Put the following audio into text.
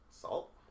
Salt